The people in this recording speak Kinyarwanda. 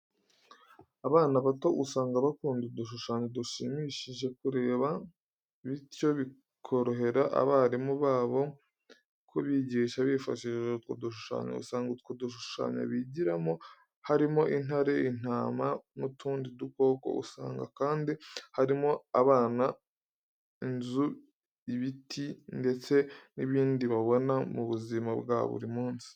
Abana bato usanga bakunda udushushanyo dushimishije kureba, bityo bikorohera abarimu babo kubigisha bifashishije utwo dushushanyo. Usanga utwo dushushanyo bigiramo harimo intare, intama n'utundi dukoko, usanga kandi harimo abana, inzu, ibiti, ndetse n'ibindi babona mu buzima bwa buri munsi.